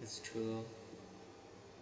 that's true loh